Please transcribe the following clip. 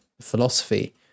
philosophy